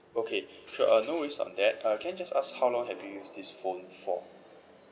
okay sure uh no worries on that uh can I just ask how long have you used this phone for